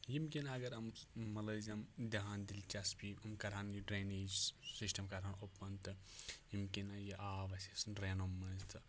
ییٚمہِ کِنۍ اگر أمۍ مُلٲزِم دِیان دِلچَسپی أمۍ کَرٕہَن یہِ ڈرٛینیج سِسٹَم کَرہَن اوٚپُن تہٕ ییٚمہِ کِنۍ یہِ آب آسہِ اَسہِ ڈرٛینو منٛز تہٕ